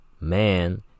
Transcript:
man